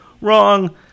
Wrong